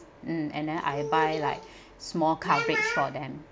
mm and then I buy like small coverage for them